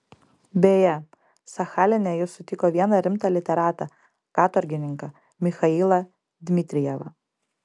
beje sachaline jis sutiko vieną rimtą literatą katorgininką michailą dmitrijevą